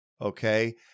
okay